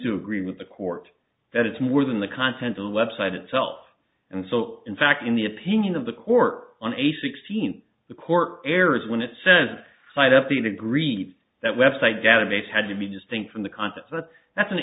to agree with the court that it's more than the content of the website itself and so in fact in the opinion of the court on a sixteen the court errors when it says tied up in agreed that web site database had to be distinct from the content but that's an